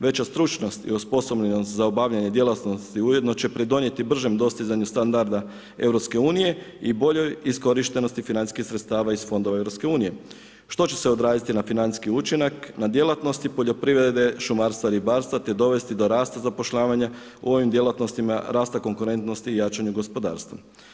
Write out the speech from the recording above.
Veća stručnost i osposobljenost za obavljanje djelatnosti ujedno će pridonijeti bržem dostizanju standarda EU i boljoj iskorištenosti financijskih sredstava iz fondova EU, što će se odraziti na financijski učinak, na djelatnosti poljoprivrede, šumarstva, ribarstva te dovesti do rasta zapošljavanja u ovim djelatnostima rasta konkurentnosti i jačanju gospodarstva.